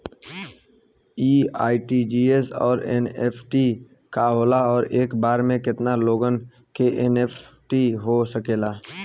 इ आर.टी.जी.एस और एन.ई.एफ.टी का होला और एक बार में केतना लोगन के एन.ई.एफ.टी हो सकेला?